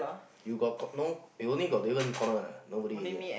you got cor~ no you only got Davon corner ah nobody already ah